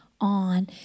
on